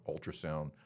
ultrasound